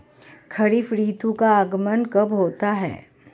खरीफ ऋतु का आगमन कब होता है?